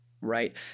right